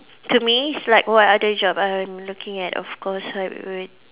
to me it's like what other job I'm looking at of course I would